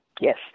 Yes